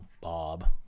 Bob